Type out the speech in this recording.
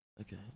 Okay